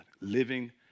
living